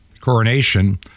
coronation